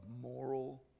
moral